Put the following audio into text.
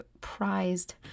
prized